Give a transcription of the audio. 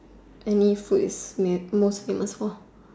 any fruits is most famous for